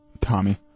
Tommy